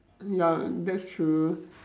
ya that's true